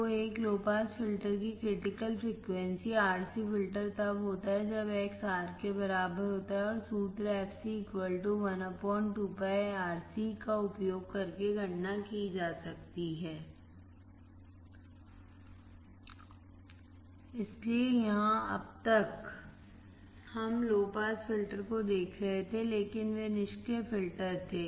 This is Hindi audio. तो एक लो पास फिल्टर की क्रिटिकल फ्रिकवेंसी RC फिल्टर तब होता है जब X R के बराबर होता है और सूत्र fc 1 का उपयोग करके गणना की जा सकती है इसलिए यहां अब तक हम लो पास फ़िल्टर को देख रहे थे लेकिन वे निष्क्रिय फ़िल्टर थे